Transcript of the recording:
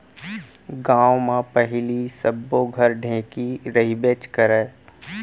गॉंव म पहिली सब्बो घर ढेंकी रहिबेच करय